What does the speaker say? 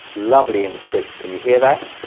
lovely and crisp can you hear that?